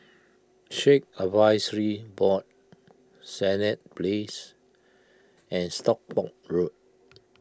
Sikh Advisory Board Senett Place and Stockport Road